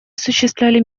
осуществляли